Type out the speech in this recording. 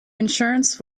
insurance